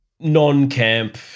non-camp